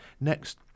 Next